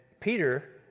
Peter